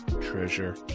treasure